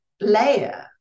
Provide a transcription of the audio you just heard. layer